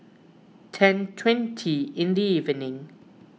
ten twenty in the evening